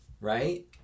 right